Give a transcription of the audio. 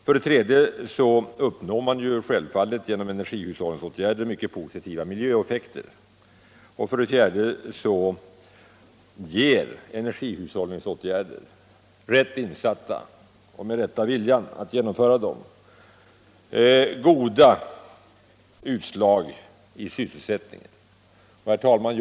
För det tredje uppnår man genom energihushållningsåtgärder självfallet mycket positiva miljöeffekter. För det fjärde ger energihushållningsåtgärder, rätt insatta och med den rätta viljan att genomföra dem, goda utslag i sysselsättningen.